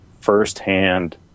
firsthand